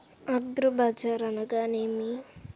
అగ్రిబజార్ అనగా నేమి?